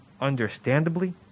understandably